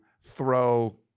throw